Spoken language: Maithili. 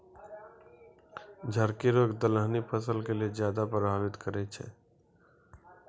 झड़की रोग दलहनी फसल के ज्यादा प्रभावित करै छै